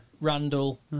Randall